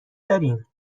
داریم